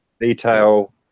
detail